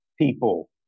people